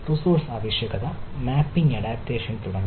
resource ആവശ്യകത mapping adaptation തുടങ്ങിയവ